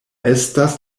estas